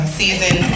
season